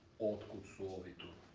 or fall into